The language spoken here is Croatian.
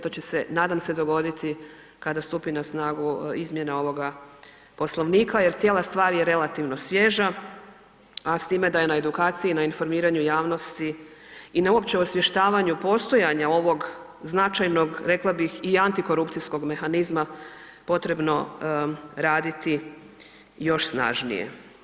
To će se nadam se dogoditi kada stupi na snagu izmjena ovoga poslovnika jel cijela stvar je relativno svježa, a s time da je na edukaciji, informiranju javnosti i na uopće osvještavanju postojanja ovog značajnog, rekla bih i antikorupcijskog mehanizma potrebno raditi još snažnije.